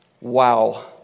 wow